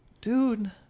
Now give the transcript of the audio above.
dude